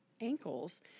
ankles